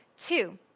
two